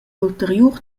ulteriur